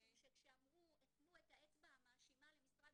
משום שכשהפנו את האצבע המאשימה למשרד